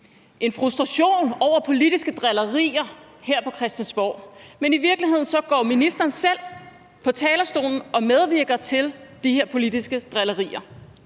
en frustration over politiske drillerier her på Christiansborg, men i virkeligheden går ministeren selv på talerstolen og medvirker til de her politiske drillerier.